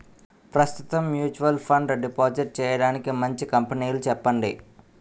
ప్రస్తుతం mutual fund deposit చేయడానికి మంచి కంపెనీలు చెప్పండి